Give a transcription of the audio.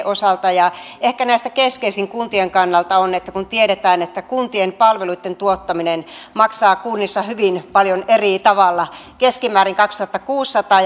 osalta ehkä näistä keskeisin kuntien kannalta on se että kun tiedetään että kuntien palveluitten tuottaminen maksaa kunnissa hyvin eri tavalla keskimäärin kaksituhattakuusisataa